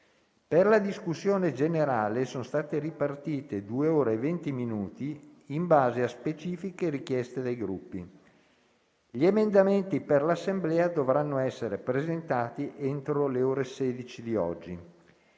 Per la discussione generale sono state ripartite due ore e venti minuti in base a specifiche richieste dei Gruppi. Gli emendamenti per l'Assemblea dovranno essere presentati entro le ore 16 di oggi.